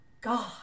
God